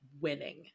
winning